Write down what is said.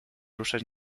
ruszać